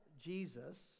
jesus